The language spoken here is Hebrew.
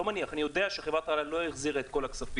אני יודע שחברת אל-על לא החזירה את כל הכספים,